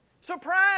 surprise